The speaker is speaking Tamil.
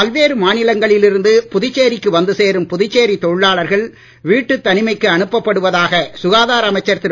பல்வேறு மாநிலங்களில் இருந்து புதுச்சேரிக்கு வந்து சேரும் புதுச்சேரி தொழிலாளர்கள் வீட்டுத் தனிமைக்கு அனுப்பப் படுவதாக சுகாதார அமைச்சர் திரு